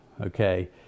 okay